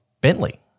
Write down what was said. Bentley